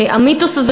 המיתוס הזה,